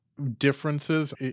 Differences